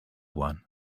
one